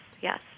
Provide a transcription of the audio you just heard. yes